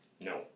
no